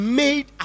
made